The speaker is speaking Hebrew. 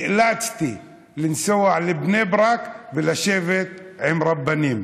נאלצתי לנסוע לבני ברק ולשבת עם רבנים,